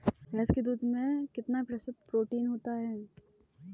भैंस के दूध में कितना प्रतिशत प्रोटीन होता है?